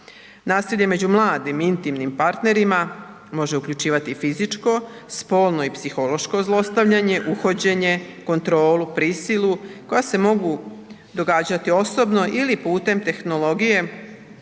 Nasilje među mladim intimnim partnerima može uključivati i fizičko, spolno i psihološko zlostavljanje, uhođenje, kontrolu, prisilu koja se mogu događati osobno ili putem tehnologije